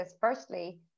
firstly